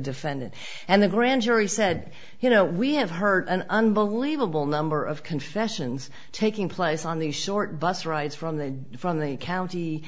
defendant and the grand jury said you know we have heard an unbelievable number of confessions taking place on the short bus ride from the from the county